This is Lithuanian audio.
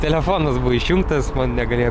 telefonas buvo išjungtas man negalėjo